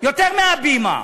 יותר מ"הבימה".